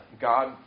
God